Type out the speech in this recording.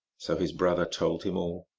so his brother told him all.